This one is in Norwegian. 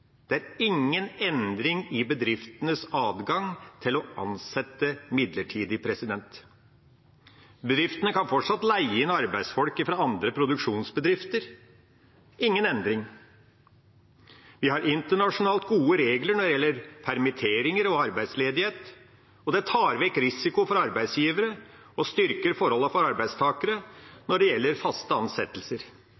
Det er ingen endring i bedriftenes adgang til å ansette midlertidig. Bedriftene kan fortsatt leie inn arbeidsfolk fra andre produksjonsbedrifter – ingen endring. Vi har internasjonalt gode regler når det gjelder permitteringer og arbeidsledighet, og det tar bort risikoen for arbeidsgivere og styrker forholdene for arbeidstakere